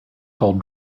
called